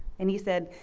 and he said,